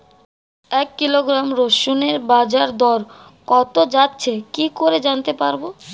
এক কিলোগ্রাম রসুনের বাজার দর কত যাচ্ছে কি করে জানতে পারবো?